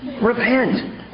Repent